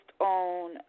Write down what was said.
on